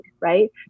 right